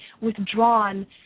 withdrawn